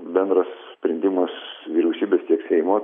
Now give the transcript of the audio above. bendras sprendimas vyriausybės tiek seimo